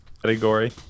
category